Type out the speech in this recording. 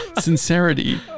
sincerity